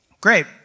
Great